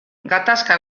gatazka